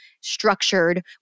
structured